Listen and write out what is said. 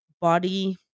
body